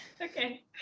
Okay